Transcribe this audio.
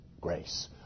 grace